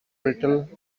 brittle